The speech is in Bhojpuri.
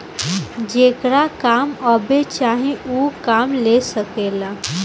जेकरा काम अब्बे चाही ऊ काम ले सकेला